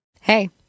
Hey